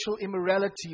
immorality